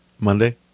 Monday